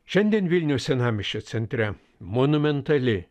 šiandien vilniaus senamiesčio centre monumentali